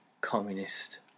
communist